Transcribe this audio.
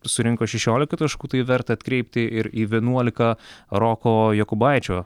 surinko šešiolika taškų tai verta atkreipti ir į vienuolika roko jokubaičio